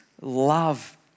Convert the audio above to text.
love